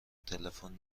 تلفن